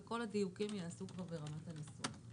וכל הדיוקים ייעשו ברמת הניסוח.